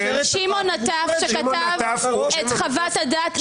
שמעון נטף שכתב את חוות הדעת,